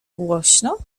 głośno